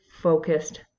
focused